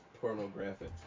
Pornographic